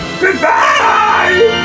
goodbye